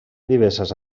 diverses